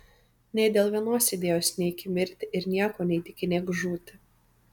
nė dėl vienos idėjos neik į mirtį ir nieko neįtikinėk žūti